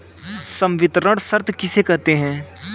संवितरण शर्त किसे कहते हैं?